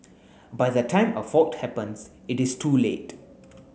by the time a fault happens it is too late